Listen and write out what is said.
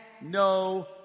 No